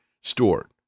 stored